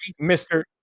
Mr